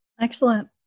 Excellent